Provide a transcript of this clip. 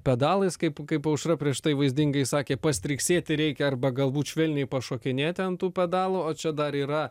pedalais kaip kaip aušra prieš tai vaizdingai sakė pastriksėti reikia arba galbūt švelniai pašokinėti ant tų pedalų o čia dar yra